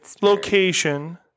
location